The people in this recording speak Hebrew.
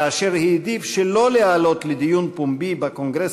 כאשר העדיף שלא להעלות לדיון פומבי בקונגרס